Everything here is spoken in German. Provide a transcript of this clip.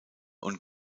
und